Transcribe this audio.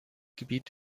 gebiet